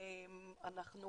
אנחנו